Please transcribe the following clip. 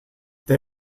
they